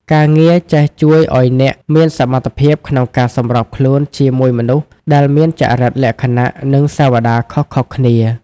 ការងារនេះជួយឱ្យអ្នកមានសមត្ថភាពក្នុងការសម្របខ្លួនជាមួយមនុស្សដែលមានចរិតលក្ខណៈ និងសាវតារខុសៗគ្នា។